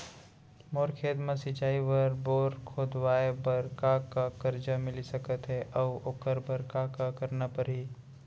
मोर खेत म सिंचाई बर बोर खोदवाये बर का का करजा मिलिस सकत हे अऊ ओखर बर का का करना परही?